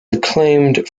acclaimed